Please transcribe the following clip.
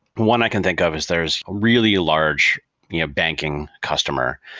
one i can think of is there is really large you know banking customer.